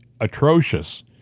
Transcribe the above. atrocious